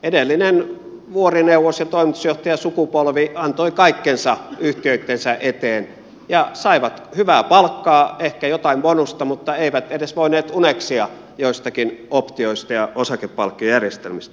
edellinen vuorineuvos ja toimitusjohtajasukupolvi antoi kaikkensa yhtiöittensä eteen ja sai hyvää palkkaa ehkä jotain bonusta mutta eivät edes voineet uneksia joistakin optioista ja osakepalkkiojärjestelmistä